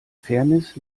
fairness